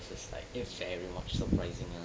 that's like very much surprising uh